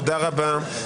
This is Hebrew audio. תודה רבה.